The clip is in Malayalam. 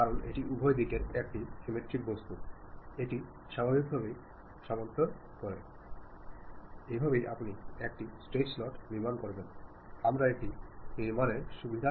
കാരണം നിങ്ങളുടെ സുഹൃത്തിനും ഒരേ തരത്തിലുള്ള അനുഭവമുണ്ടായിരിക്കാം സമപ്രായക്കാരും ഒരേ അറിവുള്ളവരും ആയിരിക്കാം